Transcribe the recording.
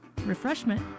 refreshment